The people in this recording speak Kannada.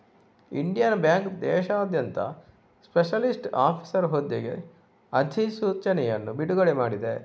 ಇಂಡಿಯನ್ ಬ್ಯಾಂಕ್ ದೇಶಾದ್ಯಂತ ಸ್ಪೆಷಲಿಸ್ಟ್ ಆಫೀಸರ್ ಹುದ್ದೆಗೆ ಅಧಿಸೂಚನೆಯನ್ನು ಬಿಡುಗಡೆ ಮಾಡಿದೆ